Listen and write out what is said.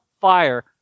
fire